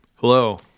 Hello